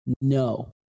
no